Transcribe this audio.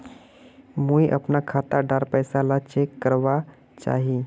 मुई अपना खाता डार पैसा ला चेक करवा चाहची?